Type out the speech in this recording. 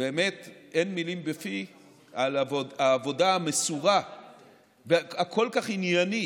באמת אין מילים בפי על העבודה המסורה והכל-כך עניינית,